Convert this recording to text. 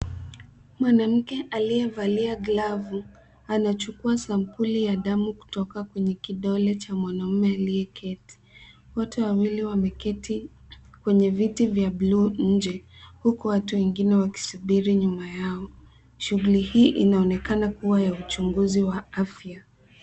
Mwanamke aliyevalia glavu anachukua sampuli ya damu kutoka kwenye kidole cha mwanaume aliyeketi. Wote wawili wameketi kwenye viti vya bluu nje, huku watu wengine wakisubiri nyuma yao. Shughuli hii inaonekana kuwa ya uchunguzi wa afya.